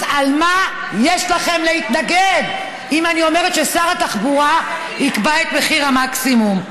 אז מה יש לכם להתנגד אם אני אומרת ששר התחבורה יקבע את מחיר המקסימום?